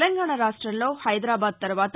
తెలంగాణా రాష్టంలో హైదరాబాద్ తర్వాత